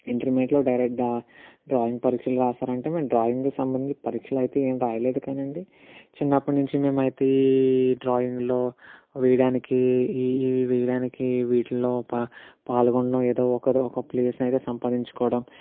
ఇంటర్మీడియట్లో డైరెక్ట్గా డ్రాయింగ్ పరీక్షలు రాశారంటే మేము డ్రాయింగ్కి సంబంధించిన పరీక్షల అయితే ఏమీ రాయలేదు కానీ అండి చిన్నప్పటినుంచి మేము అయితే ఈ డ్రాయింగ్లో వేయడానికి ఇవి వేయడానికి వీటిల్లో పాల్గొ పాల్గొనడం ఏదో ఒక ప్లేస్ అయినా సంపాదించుకోవడం